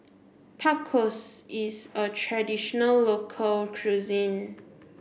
tacos is a traditional local cuisine